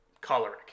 choleric